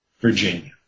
Virginia